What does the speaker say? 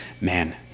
man